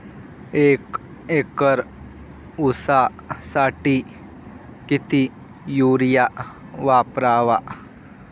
एक एकर ऊसासाठी किती युरिया वापरावा?